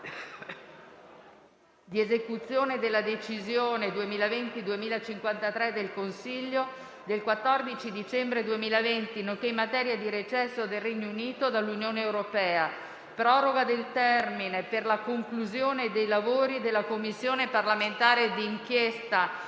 di esecuzione della decisione (EU, EURATOM) 2020/2053 del Consiglio, del 14 dicembre 2020, nonché in materia di recesso del Regno Unito dall'Unione europea. Proroga del termine per la conclusione dei lavori della Commissione parlamentare di inchiesta